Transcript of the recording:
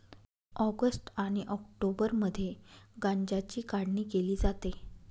August आणि ऑक्टोबरमध्ये गांज्याची काढणी केली जाते